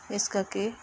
ਇਸ ਕਰਕੇ